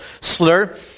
slur